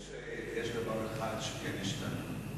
יש דבר אחד שכן השתנה: